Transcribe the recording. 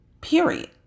period